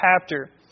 chapter